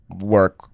work